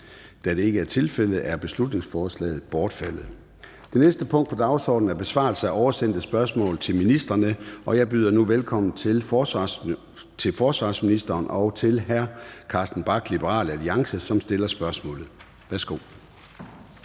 Da det ikke er tilfældet, er beslutningsforslaget bortfaldet. --- Det næste punkt på dagsordenen er: 2) Besvarelse af oversendte spørgsmål til ministrene (spørgetid). Kl. 13:00 Formanden (Søren Gade): Jeg byder nu velkommen til forsvarsministeren og til hr. Carsten Bach, Liberal Alliance, som stiller spørgsmålet. Kl.